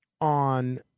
on